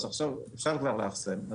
עכשיו אפשר כבר לאחסן.